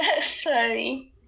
Sorry